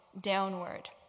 downward